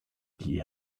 die